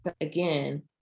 again